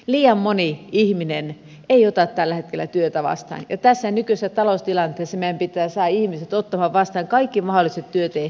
liian moni ihminen ei ota tällä hetkellä työtä vastaan ja tässä nykyisessä taloustilanteessa meidän pitää saada ihmiset ottamaan vastaan kaikki mahdolliset työtehtävät